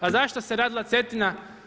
Pa zašto se radila Cetina?